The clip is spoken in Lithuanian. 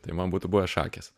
tai man būtų buvę šakės